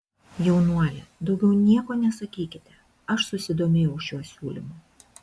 jaunuoli daugiau nieko nesakykite aš susidomėjau šiuo siūlymu